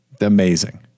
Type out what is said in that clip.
Amazing